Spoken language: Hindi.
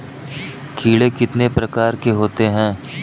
कीड़े कितने प्रकार के होते हैं?